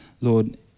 Lord